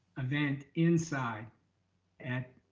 event inside at